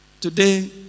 Today